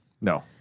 No